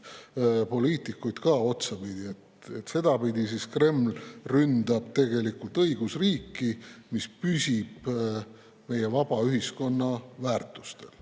poliitikuid, ka otsapidi. Sedapidi Kreml ründab tegelikult õigusriiki, mis püsib meie vaba ühiskonna väärtustel.